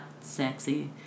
sexy